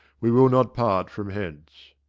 we will not part from hence.